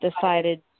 decided